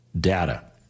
data